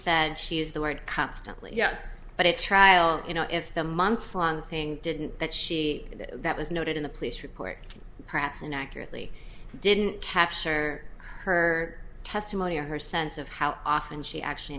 said she has the right past and yes but a trial you know if the months long thing didn't that she that was noted in the police report perhaps inaccurately didn't capture her testimony or her sense of how often she actually